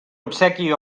obsequi